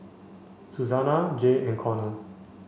Susana Jay and Conor